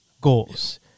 goals